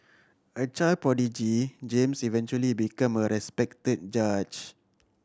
a child prodigy James eventually become a respected judge